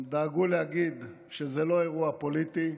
הם דאגו להגיד שזה לא אירוע פוליטי,